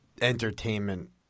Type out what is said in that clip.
entertainment